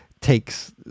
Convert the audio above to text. takes